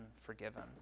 forgiven